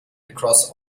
across